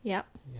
yup